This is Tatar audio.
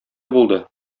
булды